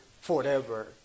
forever